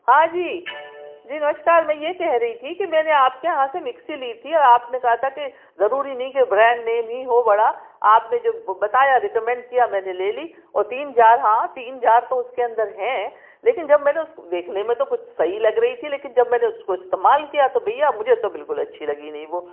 ہاں جی جی نمشکار میں یہ کہہ رہی تھی کہ میں نے آپ کے یہاں سے مکسی لی تھی اور آپ نے کہا تھا کہ ضروری نہیں کہ برانڈ نیم ہی ہو بڑا آپ نے جو بتایا ریکمینڈ کیا میں نے لے لی اور تین جار ہاں تین جار تو اُس کے اندر ہیں لیکن جب میں نے اُس دیکھنے میں تو کچھ صحیح لگ رہی تھی لیکن جب میں نے اُس کو استعمال کیا تو بھیا مجھے تو بالکل اچھی لگی نہیں وہ